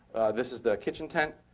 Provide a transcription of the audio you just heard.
this is the kitchen tent.